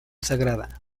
sagrada